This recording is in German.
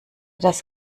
das